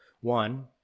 one